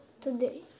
today